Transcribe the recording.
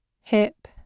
hip